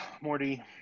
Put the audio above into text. Morty